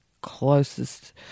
closest